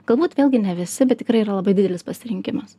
galbūt vėlgi ne visi bet tikrai yra labai didelis pasirinkimas